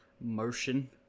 motion